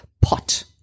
pot